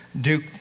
Duke